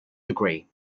degree